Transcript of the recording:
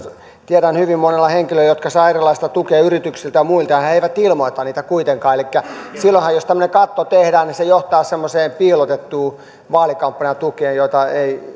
tiedän hyvin monia henkilöitä jotka saavat erilaisia tukia yrityksiltä ja muilta ja jotka eivät ilmoita niitä kuitenkaan elikkä silloinhan jos tämmöinen katto tehdään se johtaa semmoiseen piilotettuun vaalikampanjatukeen jota ei